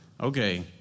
Okay